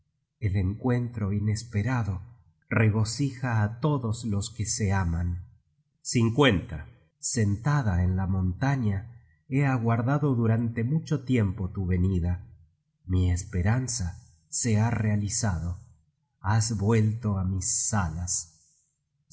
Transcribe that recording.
el encuentro inesperado regocija á todos los que se aman sentada en la montaña he aguardado durante mucho tiempo tu venida mi esperanza se ha realizado has vuelto á mis salas